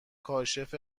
کاشف